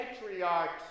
patriarchs